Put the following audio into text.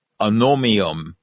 anomium